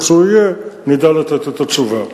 כשהוא יהיה, נדע לתת את התשובה.